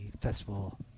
festival